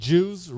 Jews